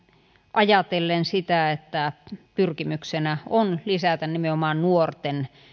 ajatellen sitä että pyrkimyksenä on lisätä nimenomaan nuorten